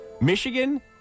Michigan